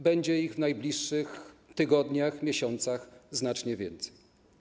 Będzie ich w najbliższych tygodniach, miesiącach znacznie więcej.